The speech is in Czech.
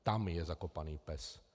Tam je zakopaný pes.